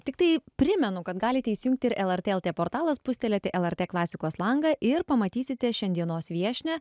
tiktai primenu kad galite įsijungti ir lrt lt portalą pūstelėti lrt klasikos langą ir pamatysite šiandienos viešnią